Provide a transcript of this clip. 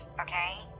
Okay